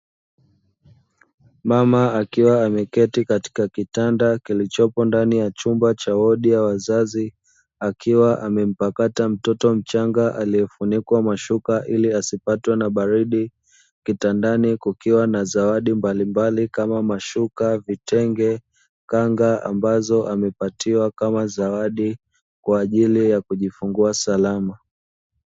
Mama akiwa ameketi katika kitanda kilichopo ndani ya chumba cha wodi ya wazazi, akiwa amempakata mtoto mchanga aliyefunikwa mashuka ili asipatwe na baridi. Kitandani kukiwa na zawadi mbalimbali kama: mashuka, vitenge, kanga ambazo amepatiwa kama zawadi kwa ajili ya kujifungua salama.